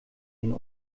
den